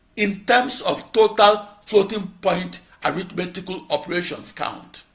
in terms of total floating-point arithmetical operations count